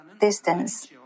distance